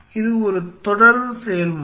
இது ஒரு தொடர் செயல்முறை